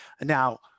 Now